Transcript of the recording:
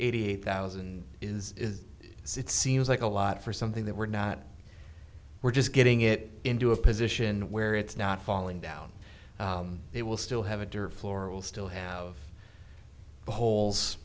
eighty eight thousand is it seems like a lot for something that we're not we're just getting it into a position where it's not falling down they will still have a dirt floor will still have the holes